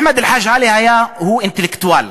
אחמד אלחאג' עלי הוא אינטלקטואל,